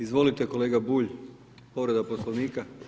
Izvolite kolega Bulj, povreda Poslovnika.